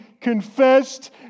confessed